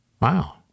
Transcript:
Wow